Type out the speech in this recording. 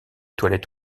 toilettes